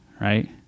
right